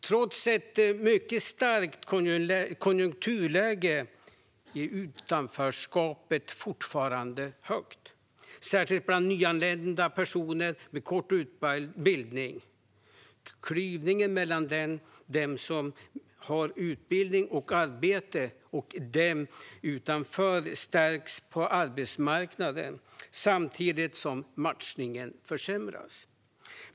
Trots ett mycket starkt konjunkturläge är utanförskapet fortsatt stort, särskilt bland nyanlända och personer med kort utbildning. Klyvningen mellan de som har utbildning och arbete och de som är utanför förstärks på arbetsmarknaden samtidigt som matchningen försämras.